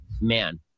man